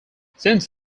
since